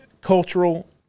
cultural